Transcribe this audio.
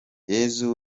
yesu